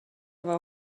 war